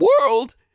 world